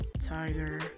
Tiger